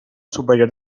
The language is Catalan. superior